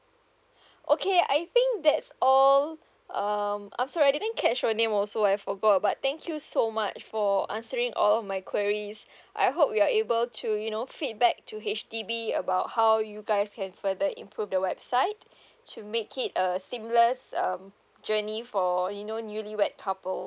okay I think that's all um I'm sorry I didn't catch your name also I forgot but thank you so much for answering all my queries I hope you're able to you know feedback to H_D_B about how you guys can further improve the website to make it a seamless um journey for you know newly wed couples